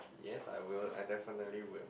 yes I will I definitely will